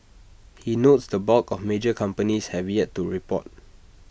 he notes the bulk of major companies have yet to report